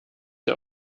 der